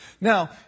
Now